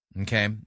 okay